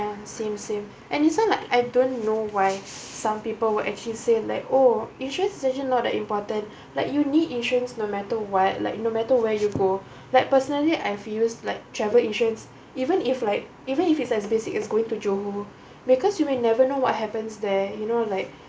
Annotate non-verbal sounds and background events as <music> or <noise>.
ya same same and this one like I don't know why some people were actually say like oh insurance is actually not that important like you need insurance no matter what like no matter where you go <breath> like personally I used like travel insurance even if like even if is as basic as going to johor because you may never know what happens there you know like